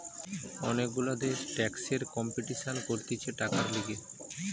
অনেক গুলা দেশ ট্যাক্সের কম্পিটিশান করতিছে টাকার লিগে